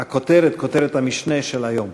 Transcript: הכותרת, כותרת המשנה, של היום.